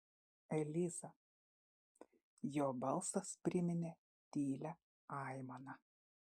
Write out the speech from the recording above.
eliza jo balsas priminė tylią aimaną